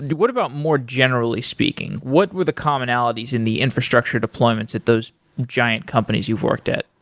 and what about more generally speaking? what were the commonalities in the infrastructure deployments at those giant companies you've worked at?